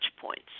points